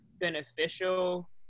beneficial